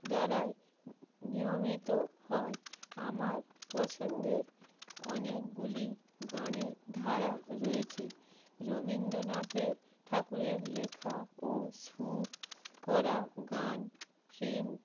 দ্বারায় নিয়মিত হয় আমার পছন্দের অনেকগুলি গানের ধারা রয়েছে রবীন্দ্রনাথের ঠাকুরের লেখা ও সুর করা গান প্রেম